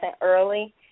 early